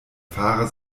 fahrer